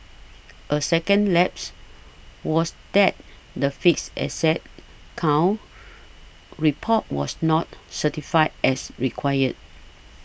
a second lapse was that the fixed asset count report was not certified as required